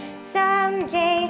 Someday